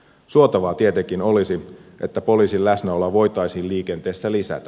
suotavaa tietenkin olisi että poliisin läsnäoloa voitaisiin liikenteessä lisätä